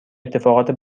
اتفاقات